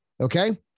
Okay